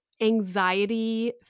anxiety